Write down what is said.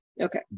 Okay